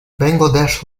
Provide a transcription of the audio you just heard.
bangladesh